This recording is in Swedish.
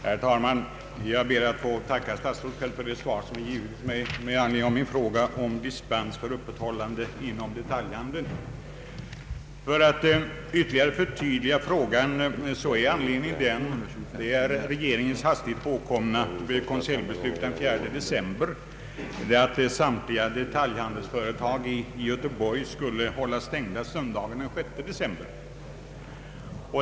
Herr talman! Jag ber att få tacka statsrådet Feldt för det svar som givits mig med anledning av min fråga om dispens för öppethållande inom detaljhandeln. För att ytterligare förtydliga frågan vill jag nämna att anledningen är regeringens hastigt påkomna konseljbeslut den 4 december, att samtliga detaljhandelsföretag i Göteborg skulle hållas stängda söndagen den 6 december.